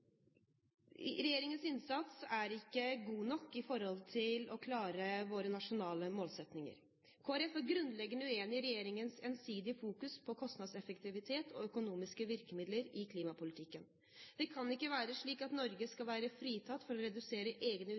hjemme: Regjeringens innsats er ikke god nok til at vi skal klare våre nasjonale målsettinger. Kristelig Folkeparti er grunnleggende uenig i regjeringens ensidige fokus på kostnadseffektivitet og økonomiske virkemidler i klimapolitikken. Det kan ikke være slik at Norge skal være fritatt for å redusere egne